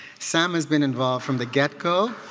sam has been involved from the get-go.